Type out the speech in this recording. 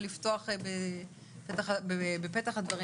ולפתוח בפתח הדברים,